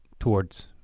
towards.